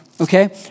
okay